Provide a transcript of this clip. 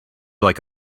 like